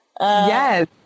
Yes